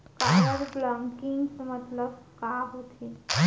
Card blocking मतलब का होथे?